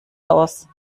aus